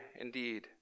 indeed